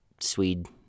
Swede